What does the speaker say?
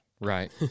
Right